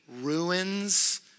ruins